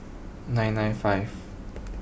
nine nine five